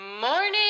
morning